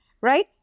right